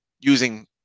using